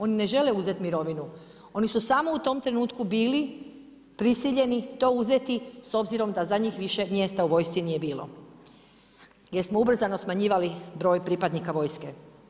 Oni ne žele uzeti mirovinu, oni su samo u tom trenutku bili prisiljeni to uzeti s obzirom da za njih više mjesta u vojsci nije bilo jer smo ubrzano smanjivali broj pripadnika vojske.